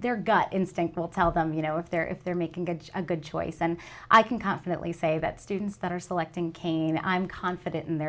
their gut instinct will tell them you know if they're if they're making a good choice and i can confidently say that students that are selecting kane i'm confident in their